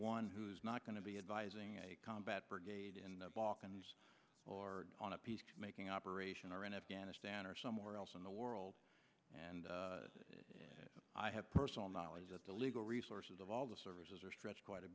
one who's not going to be advising a combat brigade in or on a peace making operation or in afghanistan or somewhere else in the world and i have personal knowledge that the legal resources of all the services are stretched quite a